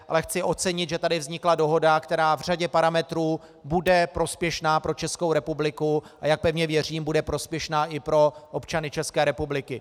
Ale chci ocenit, že tady vznikla dohoda, která v řadě parametrů bude prospěšná pro Českou republiku, a jak pevně věřím, bude prospěšná i pro občany České republiky.